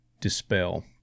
dispel